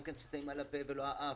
למשל כששמים מסכה על הפה ולא על האף,